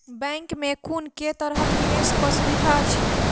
Bank मे कुन केँ तरहक निवेश कऽ सुविधा अछि?